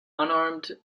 unarmed